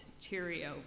Cheerio